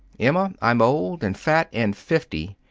emma, i'm old and fat and fifty,